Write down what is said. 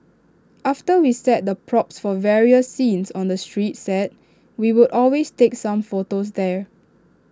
after we set the props for various scenes on the street set we would always take some photos there